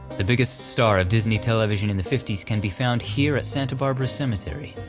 the biggest star of disney television in the fifty can be found here at santa barbara cemetery.